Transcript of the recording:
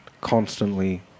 constantly